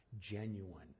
genuine